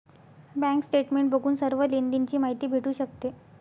bank statement बघून सर्व लेनदेण ची माहिती भेटू शकते